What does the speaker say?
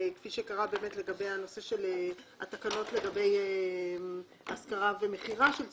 כפי שקרה בתקנות לגבי השכרה ומכירה של ציוד,